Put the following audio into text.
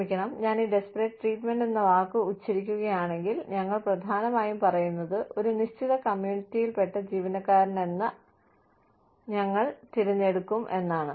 ക്ഷമിക്കണം ഞാൻ ഈ ഡിസ്പെറിറ്റ് ട്രീറ്റ്മൻറ്റ് എന്ന വാക്ക് ഉച്ചരിക്കുകയാണെങ്കിൽ ഞങ്ങൾ പ്രധാനമായും പറയുന്നത് ഒരു നിശ്ചിത കമ്മ്യൂണിറ്റിയിൽപ്പെട്ട ജീവനക്കാരനെ ഞാൻ തിരഞ്ഞെടുക്കും എന്നാണ്